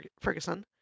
Ferguson